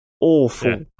awful